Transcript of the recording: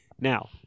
Now